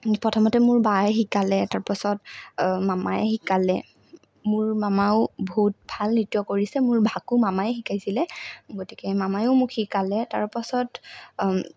প্ৰথমতে মোৰ বাই শিকালে তাৰপাছত মামাই শিকালে মোৰ মামাও বহুত ভাল নৃত্য় কৰিছিলে মোৰ বাকো মামায়ে শিকাইছিলে গতিকে মামাইও মোক শিকালে তাৰপাছত